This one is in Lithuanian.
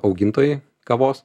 augintojai kavos